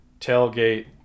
tailgate